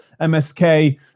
MSK